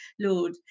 Lord